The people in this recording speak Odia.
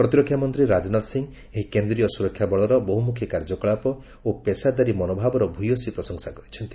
ପ୍ରତିରକ୍ଷା ମନ୍ତ୍ରୀ ରାଜନାଥ ସିଂ ଏହି କେନ୍ଦ୍ରୀୟ ସ୍ତୁରକ୍ଷା ବଳର ବହୁମୁଖୀ କାର୍ଯ୍ୟକଳାପ ଓ ପେଶାଦାରୀ ମନୋଭାବର ଭୂୟସୀ ପ୍ରଶଂସା କରିଛନ୍ତି